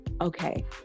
okay